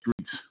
streets